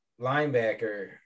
linebacker